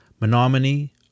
Menominee